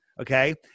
okay